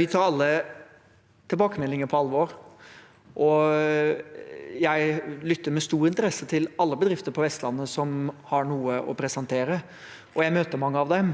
Vi tar alle tilbakemeldinger på alvor. Jeg lytter med stor interesse til alle bedrifter på Vestlandet som har noe å presentere, og jeg møter mange av dem.